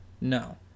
No